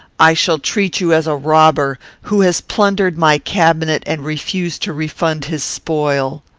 i shall treat you as a robber, who has plundered my cabinet and refused to refund his spoil.